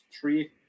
three